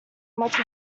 much